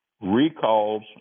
recalls